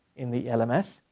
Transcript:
in the lms,